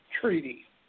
Treaty